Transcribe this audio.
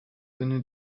sinne